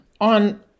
on